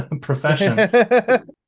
profession